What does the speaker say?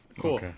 Cool